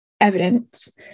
evidence